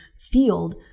field